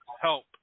help